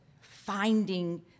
finding